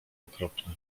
okropne